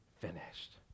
finished